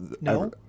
No